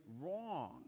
wrong